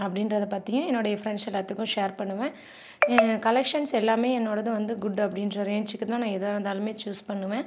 அப்படின்றத பற்றியும் என்னுடைய ஃபிரெண்ட்ஸ் எல்லாத்துக்கும் ஷேர் பண்ணுவேன் கலெக்ஷன்ஸ் எல்லாம் என்னோடது வந்து குட் அப்படின்ற ரேஞ்சுக்கு தான் நான் எதுவாக இருந்தாலும் சூஸ் பண்ணுவேன்